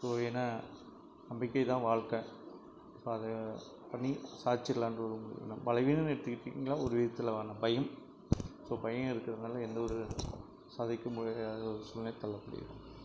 இப்போது ஏன்னால் நம்பிக்கை தான் வாழ்க்கை இப்போ அதை பண்ணி சாதிச்சிர்லான்ற ஒரு நம் பலவீனமெனு எடுத்துக்கிட்டிங்களா ஒரு விதத்தில் வேணால் பயம் ஸோ பயம் இருக்கிறதுனால எந்த ஒரு சாதிக்க முடியாத ஒரு சூழ்நிலையில் தள்ளப்படுகிறது